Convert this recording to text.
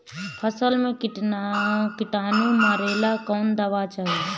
फसल में किटानु मारेला कौन दावा चाही?